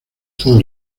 todo